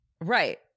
Right